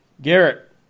Garrett